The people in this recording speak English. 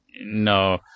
no